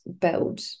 build